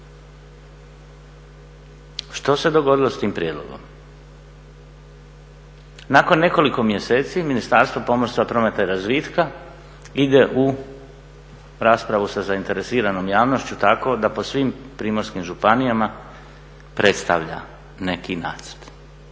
Što se dogodilo s tim prijedlogom? Nakon nekoliko mjeseci Ministarstvo pomorstva, prometa i razvitka ide u raspravu sa zainteresiranom javnošću tako da po svim primorskim županijama predstavlja neki nacrt,